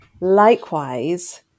likewise